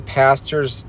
pastors